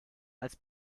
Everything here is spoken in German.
als